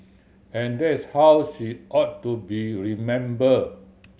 and that's how she ought to be remembered